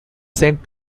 sent